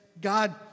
God